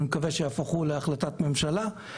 אני מקווה שהוא יהפוך להחלטת ממשלה.